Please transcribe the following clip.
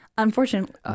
Unfortunately